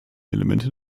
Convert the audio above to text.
elemente